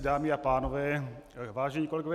Dámy a pánové, vážení kolegové.